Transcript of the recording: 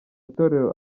itorero